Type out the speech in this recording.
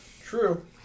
True